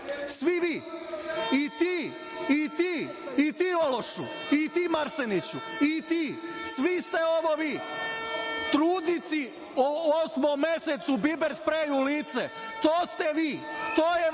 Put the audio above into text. vi, svi vi, i ti, i ti ološu, i ti Marseniću, i ti, svi ste ovo vi. Trudnici u osmom mesecu biber sprej u lice. To ste vi, to je vaša